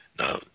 Now